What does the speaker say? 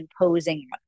imposing